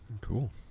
cool